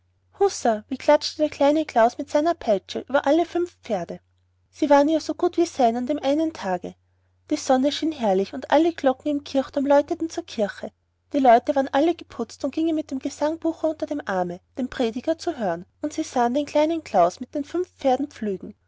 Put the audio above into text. wie klatschte der kleine klaus mit seiner peitsche über alle fünf pferde sie waren ja nun so gut wie sein an dem einen tage die sonne schien herrlich und alle glocken im kirchturm läuteten zur kirche die leute waren alle geputzt und gingen mit dem gesangbuche unter dem arme den prediger predigen zu hören und sie sahen den kleinen klaus der mit fünf pferden